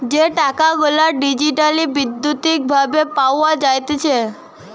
যে টাকা গুলা ডিজিটালি বৈদ্যুতিক ভাবে পাওয়া যাইতেছে